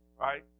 right